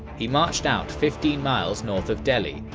he marched out fifteen miles north of delhi,